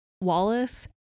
wallace